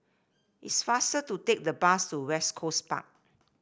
it's faster to take the bus to West Coast Park